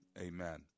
Amen